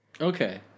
Okay